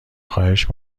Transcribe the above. خواهش